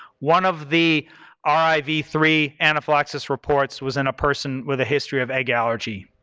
one of the r i v three anaphylaxis reports was in a person with a history of egg allergy.